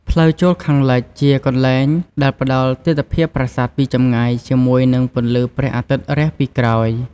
ផ្លូវចូលខាងលិច: ជាកន្លែងដែលផ្តល់ទិដ្ឋភាពប្រាសាទពីចម្ងាយ ជាមួយនឹងពន្លឺព្រះអាទិត្យរះពីក្រោយ។